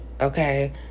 Okay